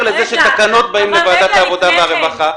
מעבר לתקנות שבאות לאישור וועדת העבודה והרווחה.